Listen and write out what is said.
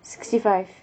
sixty five